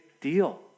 deal